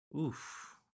Oof